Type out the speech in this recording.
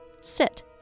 Sit